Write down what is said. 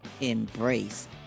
embrace